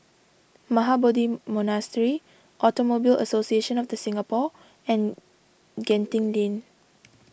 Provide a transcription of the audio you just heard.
Mahabodhi Monastery Automobile Association of the Singapore and Genting Lane